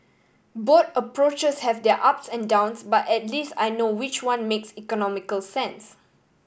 both approaches have their ups and downs but at least I know which one makes economical sense